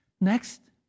Next